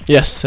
Yes